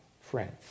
friends